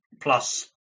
plus